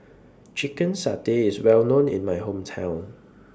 Chicken Satay IS Well known in My Hometown